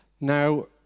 Now